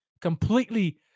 Completely